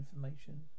information